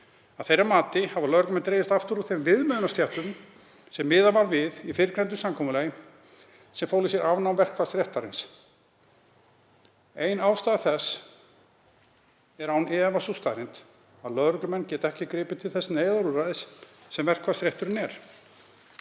Að þeirra mati hafa lögreglumenn dregist aftur úr þeim viðmiðunarstéttum sem miðað var við í fyrrgreindu samkomulagi sem fól í sér afnám verkfallsréttarins. Ein ástæða þess er án efa sú staðreynd að lögreglumenn geta ekki gripið til þess neyðarúrræðis sem verkfallsrétturinn er,